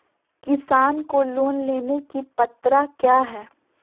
किसान को लोन लेने की पत्रा क्या है?